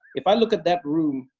if i look at that room,